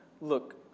look